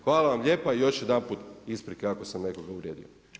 Hvala vam lijepa i još jedanput isprike ako sam nekoga uvrijedio.